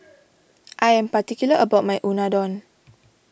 I am particular about my Unadon